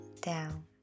down